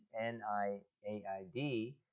NIAID